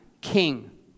king